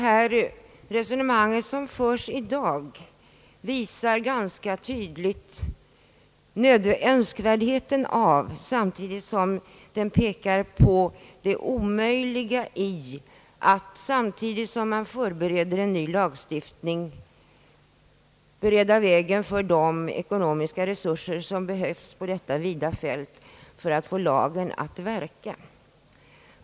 Jag tror att det resonemang som förts i dag ganska tydligt visar att det är omöjligt, hur gärna man än önskar det, att samtidigt som man förbereder en ny lagstiftning kunna få statsmakterna att satsa de ytterligare ekonomiska resurser som behövs på detta vida fält för att få en bättre ordning till stånd.